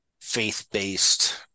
faith-based